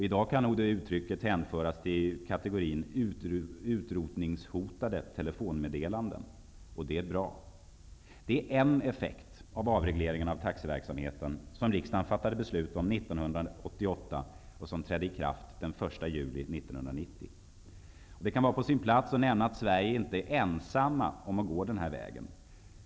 I dag kan nog det uttrycket hänföras till kategorin ''utrotningshotade telefonmeddelanden'', och det är bra! Det är en effekt av den avreglering av taxiverksamheten som riksdagen fattade beslut om 1988, och som trädde i kraft 1 juli 1990. Det kan vara på sin plats att nämna att vi i Sverige inte är ensamma om att gå denna väg.